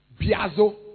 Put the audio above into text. biazo